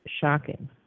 Shocking